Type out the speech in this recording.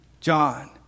John